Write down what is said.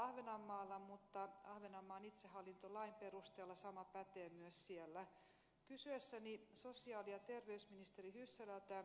vad tänker statsministern göra för att se till att de kommande kollektivavtalen översätts